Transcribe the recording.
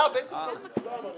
אני אעצור את הישיבה.